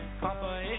Papa